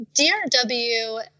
DRW